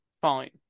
fine